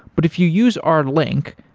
but if you use our link,